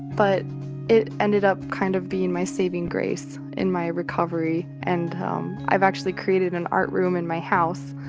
but it ended up kind of being my saving grace in my recovery. and um i've actually created an art room in my house.